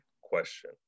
question